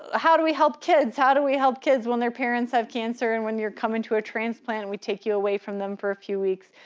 ah how do we help kids? how do we help kids when their parents have cancer, and when you're coming to a transplant and we take you away from them for a few weeks?